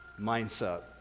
mindset